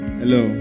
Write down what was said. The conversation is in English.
hello